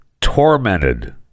tormented